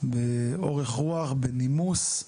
באורח רוח, בנימוס,